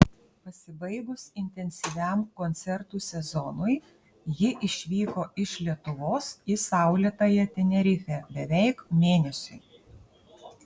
pasibaigus intensyviam koncertų sezonui ji išvyko iš lietuvos į saulėtąją tenerifę beveik mėnesiui